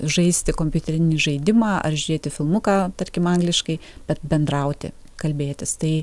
žaisti kompiuterinį žaidimą ar žiūrėti filmuką tarkim angliškai bet bendrauti kalbėtis tai